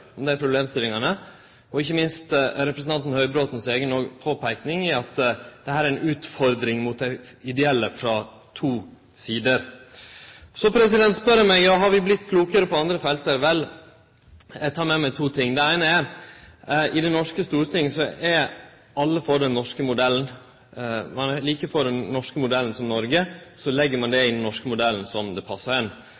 dag om dei problemstillingane, og ikkje minst representanten Høybråten si påpeiking av at dette er ei utfordring mot det ideelle, frå to sider. Så spør eg meg: Har vi vorte klokare på andre felt? Vel, eg tek med meg to ting. Det eine er: I det norske storting er alle for den norske modellen. Ein er like for den norske modellen som for Noreg, og så legg ein i den norske modellen det